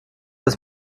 dass